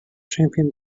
champion